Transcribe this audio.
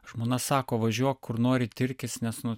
žmona sako važiuok kur nori tirkis nes nu